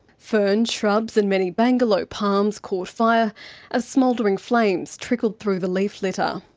ferns, shrubs and many bangalow palms caught fire as smouldering flames trickled through the leaf litter.